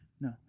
No